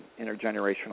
intergenerational